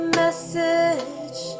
message